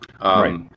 Right